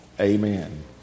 Amen